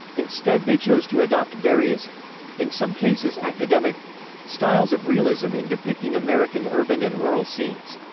instead they chose to adopt various in some cases academic styles of realism in depicting american urban and rural scenes.